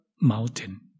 mountain